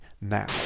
now